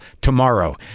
tomorrow